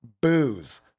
booze